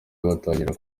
batangira